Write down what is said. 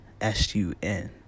S-U-N